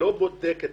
לא בודק את